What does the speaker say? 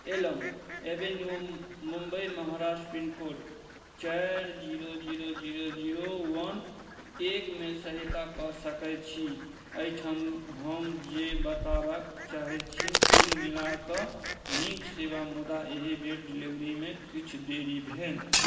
alum avenue Mumbai Maharashtra pin code चारि zero zero zero zero one एकमे सहायता कऽ सकै छी एहिठम हम जे बताबैके चाहै छी कुल मिलाकऽ नीक सेवा मुदा एहि बेर डिलिवरीमे किछु देरी भेल